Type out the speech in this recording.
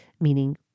meaning